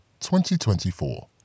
2024